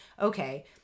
okay